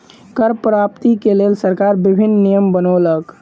कर प्राप्ति के लेल सरकार विभिन्न नियम बनौलक